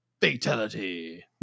fatality